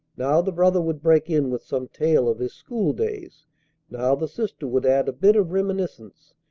now the brother would break in with some tale of his school-days now the sister would add a bit of reminiscence,